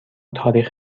تاریخ